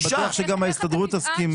אני בטוח שגם ההסתדרות תסכים.